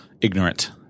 ignorant